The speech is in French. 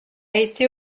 été